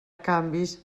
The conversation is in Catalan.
canvis